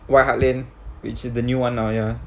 which is the new one oh ya